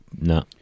No